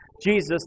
Jesus